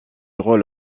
rôle